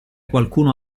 qualcuno